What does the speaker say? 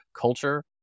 culture